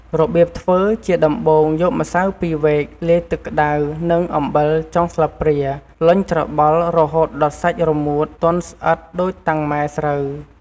របៀបធ្វើ ជាដំបូង យកម្សៅពីរវែក លាយទឹកក្តៅ និងអំបិលចុងស្លាបព្រា លុញច្របល់ រហូតដល់សាច់រមួត ទន់ ស្អិត ដូចតាំងម៉ែស្រូវ។